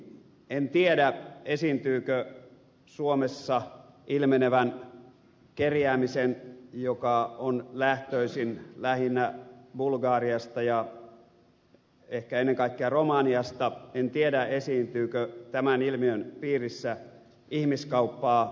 en tiedä esiintyykö suomessa ilmenevän kerjäämisen joka on lähtöisin lähinnä bulgariasta ja ehkä ennen kaikkea romaniasta en tiedä esiintyykö tämän ilmiön piirissä ihmiskauppaa